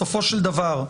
בסופו של דבר,